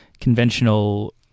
conventional